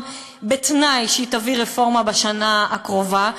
בתנאי שהיא תביא רפורמה בשנה הקרובה,